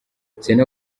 selena